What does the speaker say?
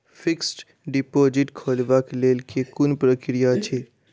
Fixed deposit खोलबाक लेल केँ कुन प्रक्रिया अछि?